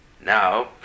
Now